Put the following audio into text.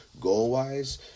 goal-wise